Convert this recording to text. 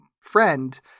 friend